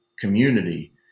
community